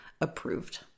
approved